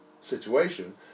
situation